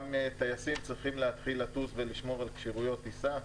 גם טייסים צריכים להתחיל לטוס ולמשור על כשירות טיסה.